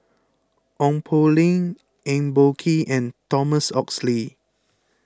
Ong Poh Lim Eng Boh Kee and Thomas Oxley